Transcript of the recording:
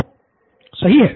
नितिन सही है